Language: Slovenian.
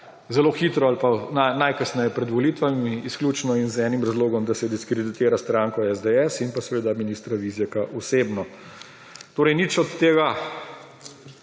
zelo hitro ali najkasneje pred volitvami, izključno in z enim razlogom, da se diskreditira stranko SDS in pa seveda ministra Vizjaka osebno. Torej nič od tega.